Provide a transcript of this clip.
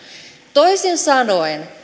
toisin sanoen